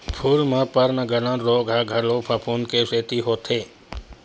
फूल म पर्नगलन रोग ह घलो फफूंद के सेती होथे